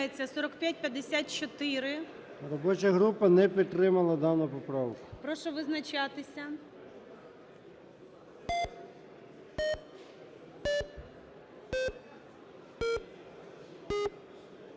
Робоча група не підтримала дану поправку.